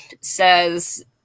says